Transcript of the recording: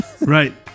right